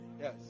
Yes